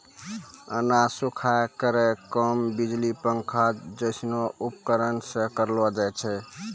अनाज सुखाय केरो काम बिजली पंखा जैसनो उपकरण सें करलो जाय छै?